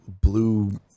blue